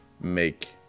make